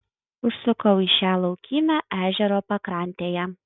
užsukau į šią laukymę ežero pakrantėje